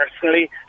personally